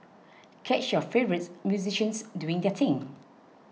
catch your favourites musicians doing their thing